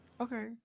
okay